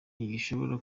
ntigishobora